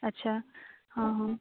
ଆଚ୍ଛା ହଁ ହଁ